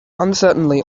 uncertainly